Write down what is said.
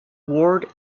ward